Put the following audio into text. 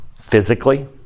Physically